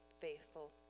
faithful